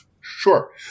Sure